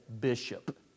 bishop